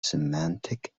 semantic